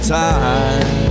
time